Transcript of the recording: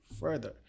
further